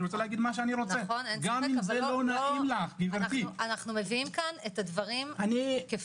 רוצה לומר מה שאני רוצה גם אם זה לא נעים לך.